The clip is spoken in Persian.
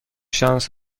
شانس